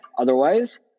otherwise